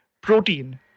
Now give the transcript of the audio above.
Protein